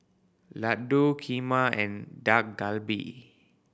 Ladoo Kheema and Dak Galbi